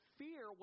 fear